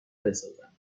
بسازند